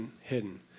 hidden